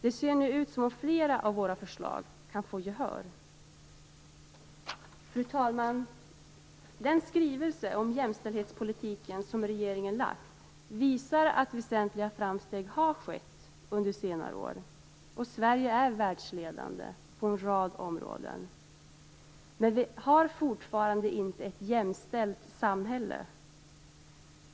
Det ser nu ut som att flera av våra förslag kan få gehör. Fru talman! Den skrivelse om jämställdhetspolitiken som regeringen har lagt fram visar att väsentliga framsteg har skett under senare år, och Sverige är världsledande på en rad områden. Men vi har fortfarande inte ett jämställt samhälle.